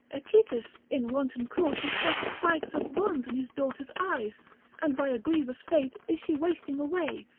echetus in wanton cruelty thrust spikes of bronze in his daughter's eyes and by a grievous fate is she wasting away,